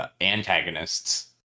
antagonists